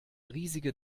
riesige